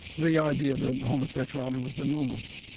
the idea that homosexuality was an illness.